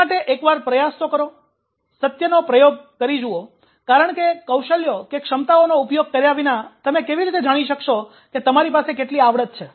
તે માટે એકવાર પ્રયાસ તો કરો સત્યનો પ્રયોગ કરી જુઓ કારણ કે કૌશલ્યોક્ષમતાઓનો ઉપયોગ કર્યા વિના તમે કેવી રીતે જાણી શકશો કે તમારી પાસે કેટલી આવડત છે